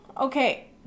okay